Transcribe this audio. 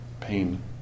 pain